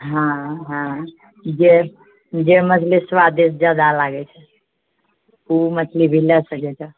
हाँ हाँ जे जे मछली स्वादिष्ट जादा लागैत छै ओ मछली भी लए सकै छऽ